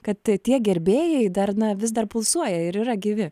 kad tie gerbėjai dar na vis dar pulsuoja ir yra gyvi